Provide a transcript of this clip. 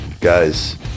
guys